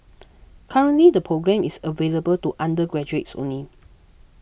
currently the programme is available to undergraduates only